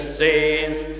saints